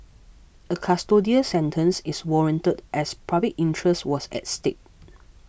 a custodial sentence is warranted as public interest was at stake